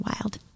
wild